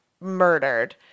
murdered